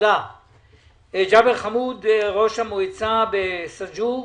ג'בר חמוד ראש המועצה בסאג'ור.